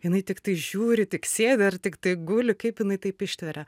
jinai tiktai žiūri tik sėdi ar tiktai guli kaip jinai taip ištveria